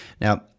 Now